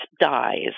dies